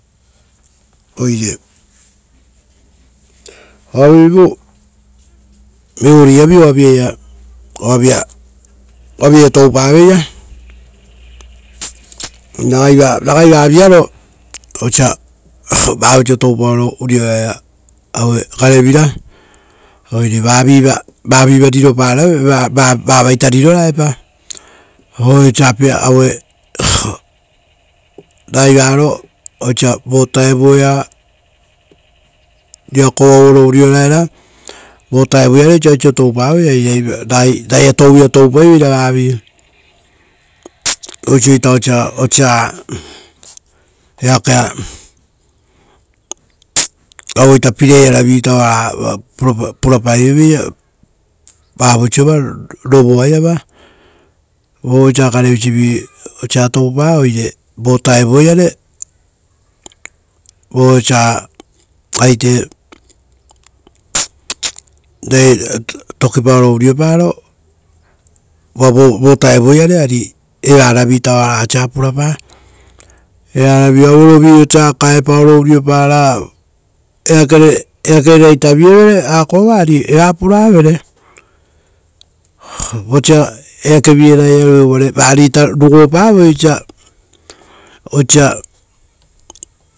Oire ovivu reo a oaia toupaveira, ragai vavi aro, osa vavoiso toupaoro uriorae ra aue garevira, oire vaviva riro raepa ragai varo osa vo vutaoia riakova ou oro urio raera, vovutao iare osa oiso toupavoi, ari ragaia touvira toupaivera vavi. Oiso ita osaa eakea avero regeri ara pilai vi ta oara pura paioveira vavoiso va rovoo aiava, uva osa garevisivi osa toupa, oire vo vutao iare uva osa aite ragai tokiparo urio paro, vovutao iare, ari evaravi aita ora osa purapa. Evaravi aue rovi osa kaepaoro urio para, eakere osa ragai tavievere akova, ari eva puravere, vosa eake vire ragai aue vere, uvare vaarita rugopavoi osa osa